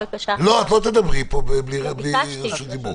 את לא תדברי פה בלי רשות דיבור.